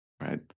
right